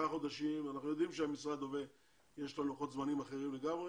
אנחנו יודעים שלמשרד יש לוחות זמנים אחרים לגמרי,